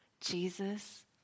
Jesus